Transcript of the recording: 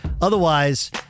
Otherwise